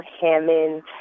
Hammond